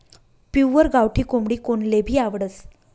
pure गावठी कोंबडी कोनलेभी आवडस